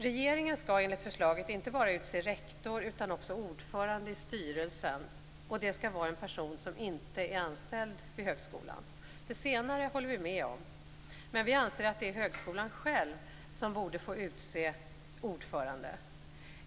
Regeringen skall enligt förslaget inte bara utse rektor utan också ordförande i styrelsen, och det skall vara en person som inte är anställd vid högskolan. Det senare håller vi med om, men vi anser att högskolan själv borde få utse ordföranden.